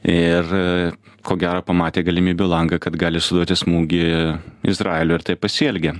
ir ko gero pamatė galimybių langą kad gali suduoti smūgį izraeliui ir taip pasielgė